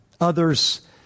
others